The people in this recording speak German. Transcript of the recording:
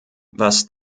was